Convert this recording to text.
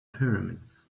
pyramids